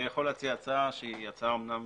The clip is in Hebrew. אני יכול להציע הצעה שהיא אמנם